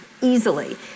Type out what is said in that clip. easily